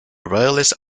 royalist